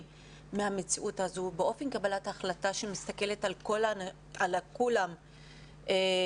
מן המציאות הזו באופן קבלת החלטה שמסתכלת על כולם כשקופים